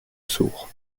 sourd